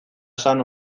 esan